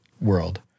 world